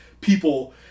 people